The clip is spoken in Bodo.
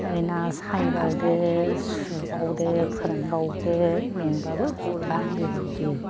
ओरै ना सायबावदो सुबावदो फोरानबावदो मेंबाबो गला बेबायदि